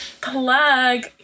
Plug